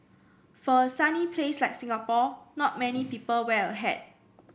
for a sunny place like Singapore not many people wear a hat